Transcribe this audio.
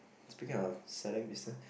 speaking of selling business